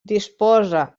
disposa